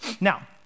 now